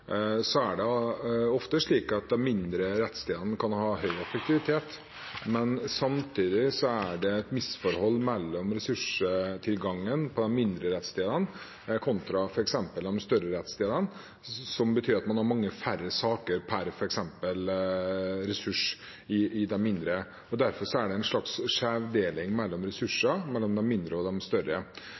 er det ofte slik at de mindre rettsstedene kan ha høy effektivitet, men samtidig er det et misforhold mellom ressurstilgangen på de mindre rettsstedene kontra f.eks. de større rettsstedene, som betyr at man har f.eks. mange færre saker per ressurs i de mindre. Derfor er det en slags skjevdeling av ressurser mellom de mindre og de større.